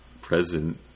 present